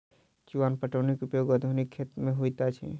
चुआन पटौनीक उपयोग आधुनिक खेत मे होइत अछि